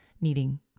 needing